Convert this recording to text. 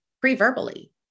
pre-verbally